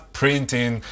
printing